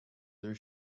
their